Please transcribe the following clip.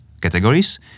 categories